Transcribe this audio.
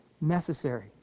necessary